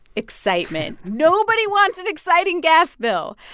excitement. nobody wants an exciting gas bill.